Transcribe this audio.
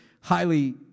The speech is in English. highly